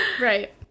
right